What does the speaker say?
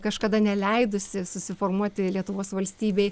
kažkada neleidusi susiformuoti lietuvos valstybei